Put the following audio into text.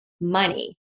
money